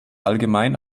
allgemein